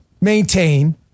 maintain